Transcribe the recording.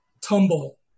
tumble